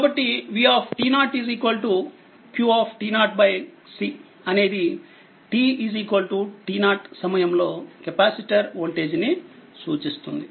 కాబట్టిv qc అనేది t t0సమయంలో capacitor voltage ని సూచిస్తుంది